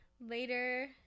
Later